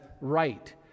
right